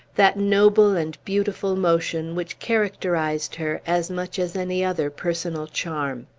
that noble and beautiful motion which characterized her as much as any other personal charm.